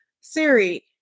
Siri